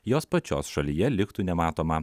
jos pačios šalyje liktų nematoma